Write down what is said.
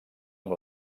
amb